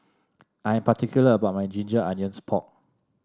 I am particular about my Ginger Onions Pork